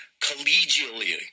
collegially